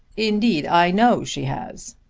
indeed i know she has.